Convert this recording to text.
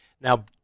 Now